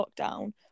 lockdown